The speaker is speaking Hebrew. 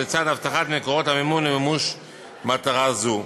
לצד הבטחת מקורות המימון למימוש מטרה זו.